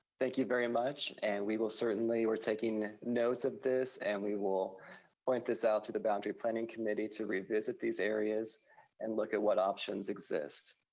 thank you very much, and we will certainly, we're taking notes of this, and we will point this out to the boundary planning committee to revisit these areas and look at what options exist.